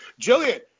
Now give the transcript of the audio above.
Jillian